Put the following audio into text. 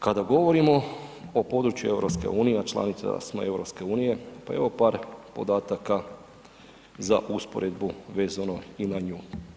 Kada govorimo o području EU a članica smo EU pa evo par podataka za usporedbu vezano i na nju.